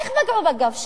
איך פגעו בגב שלי,